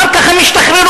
אחר כך הם השתחררו.